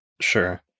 Sure